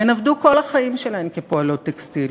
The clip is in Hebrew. והן עבדו כל החיים שלהן כפועלות טקסטיל